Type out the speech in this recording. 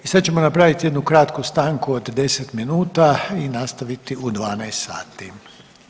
I sada ćemo napraviti jednu kratku stanku od 10 minuta i nastaviti u 12.00 sati.